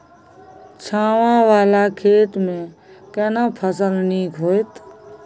छै ॉंव वाला खेत में केना फसल नीक होयत?